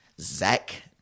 Zach